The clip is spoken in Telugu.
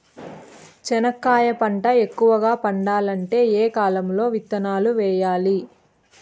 చెనక్కాయ పంట ఎక్కువగా పండాలంటే ఏ కాలము లో విత్తనాలు వేయాలి?